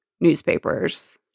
newspapers